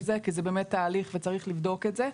זה כי זה באמת תהליך וצריך לבדוק את זה.